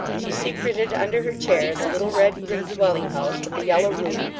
she secreted under her chair the little red-brick dwelling-house with the yellow roof,